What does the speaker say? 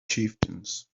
chieftains